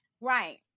Right